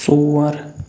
ژور